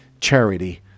charity